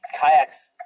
kayaks